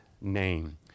name